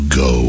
go